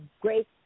great